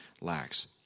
lacks